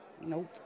Nope